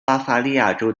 巴伐利亚州